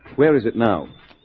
where is it now?